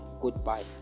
goodbye